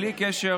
בלי קשר